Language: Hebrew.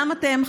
גם אתם,